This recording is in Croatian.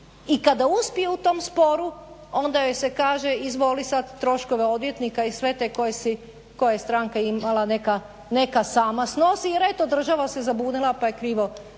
I kada uspije u tom sporu onda joj se kaže izvoli sada troškove odvjetnika i sve te koje je stranka imala neka sama snosi jer eto država se zabunila pa je krivo